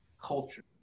culture